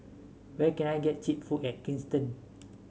where can I get cheap food in Kingston